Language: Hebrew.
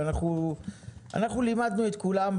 אנחנו לימדנו את כולם,